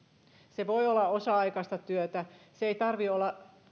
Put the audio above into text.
se voi olla osa aikaista työtä sen ei tarvitse olla